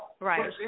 right